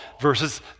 versus